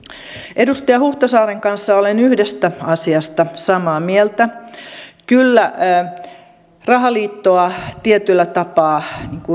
edustaja huhtasaaren kanssa olen yhdestä asiasta samaa mieltä kyllä kun rahaliittoa tietyllä tapaa